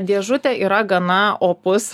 dėžutė yra gana opus